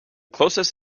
closest